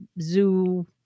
zoo